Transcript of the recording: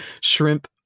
shrimp